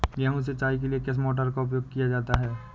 गेहूँ सिंचाई के लिए किस मोटर का उपयोग किया जा सकता है?